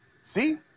See